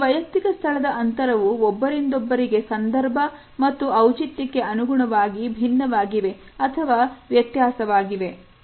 ಈ ವೈಯಕ್ತಿಕ ಸ್ಥಳದ ಅಂತರವು ಒಬ್ಬರಿಂದೊಬ್ಬರಿಗೆ ಸಂದರ್ಭ ಮತ್ತು ಔಚಿತ್ಯ ಕ್ಕೆ ಅನುಗುಣವಾಗಿ ಭಿನ್ನವಾಗಿವೆ ಅಥವಾ ವ್ಯತ್ಯಾಸವಾಗಿವೆ